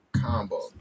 Combo